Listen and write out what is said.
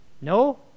no